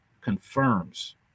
confirms